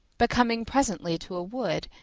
but coming presently to a wood,